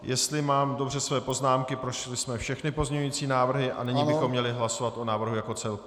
Jestli mám dobře své poznámky, prošli jsme všechny pozměňující návrhy a nyní bychom měli hlasovat o návrhu jako celku.